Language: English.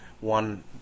one